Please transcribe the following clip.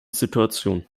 situation